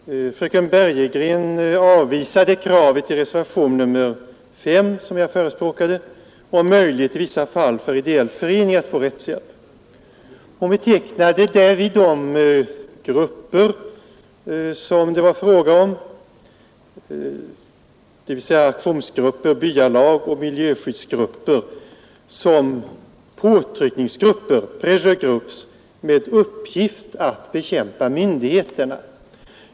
Herr talman! Fröken Bergegren avvisade kravet i reservationen 5, som jag förespråkade, om möjlighet i vissa fall för ideell förening att få rättshjälp. Hon betecknade därvid de grupper som det var fråga om, dvs. aktionsgrupper, byalag och miljögrupper, som påtryckningsgrupper, pressure groups, med uppgift att bekämpa myndigheterna.